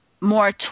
more